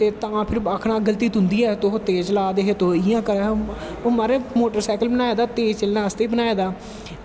ते तां फिर आखनां गल्ती तुंदी ऐ तुस तेज़ चला दे हे तुस इयां करा दे हे मारज़ मोटरसैकल बनाए दा तेज़ चलनें आस्तै ई बनाए दा